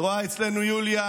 את רואה, יוליה,